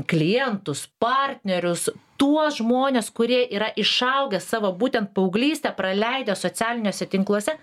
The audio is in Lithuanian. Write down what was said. klientus partnerius tuos žmones kurie yra išaugę savo būtent paauglystę praleidę socialiniuose tinkluose